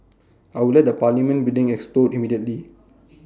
I will let the parliament building explode immediately